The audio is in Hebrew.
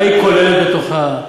מה היא כוללת בתוכה?